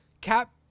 cap